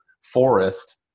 forest